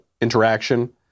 interaction